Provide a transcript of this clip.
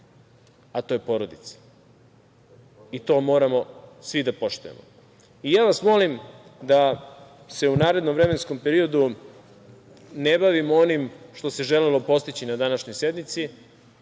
a to je porodica. To moramo svi da poštujemo. Ja vas molim da se u narednom vremenskom periodu ne bavimo onim što se želelo postići na današnjoj sednici,